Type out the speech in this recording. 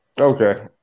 Okay